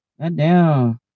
Goddamn